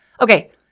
Okay